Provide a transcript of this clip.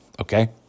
okay